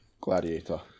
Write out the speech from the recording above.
Gladiator